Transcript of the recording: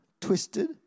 twisted